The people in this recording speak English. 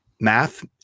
Math